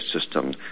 system